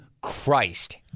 Christ